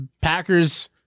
Packers